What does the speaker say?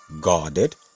guarded